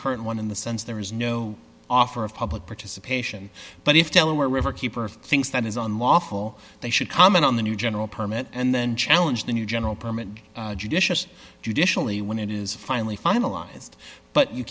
current one in the sense there is no offer of public participation but if delaware river keeper thinks that is unlawful they should comment on the new general permit and then challenge the new general permit judicious judicially when it is finally finalized but you